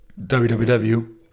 www